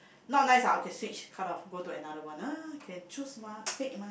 not nice ah okay switch cut off go to another one ah can choose mah pick mah